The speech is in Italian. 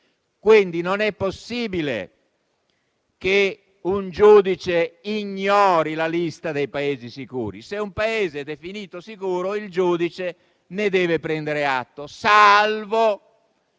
Quindi non è possibile che un giudice ignori la lista dei Paesi sicuri. Se un Paese è definito sicuro, il giudice ne deve prendere atto, salvo,